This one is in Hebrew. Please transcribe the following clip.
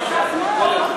אדוני היושב-ראש,